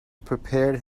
prepared